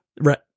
right